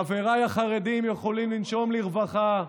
חבריי החרדים יכולים לנשום לרווחה: